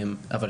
אבל